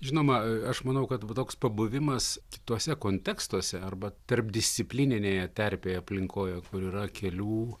žinoma aš manau kad va toks pabuvimas kituose kontekstuose arba tarpdisciplininėje terpėj aplinkoje kur yra kelių